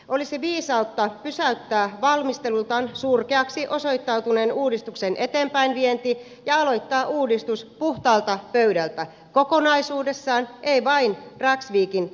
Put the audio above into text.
olisi viisautta pysäyttää valmistelultaan surkeaksi osoittautuneen uudistuksen eteenpäinvienti ja aloittaa uudistus puhtaalta pöydältä kokonaisuudessaan ei vain dragsvikin osalta